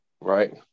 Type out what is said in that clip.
Right